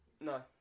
no